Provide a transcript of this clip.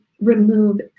remove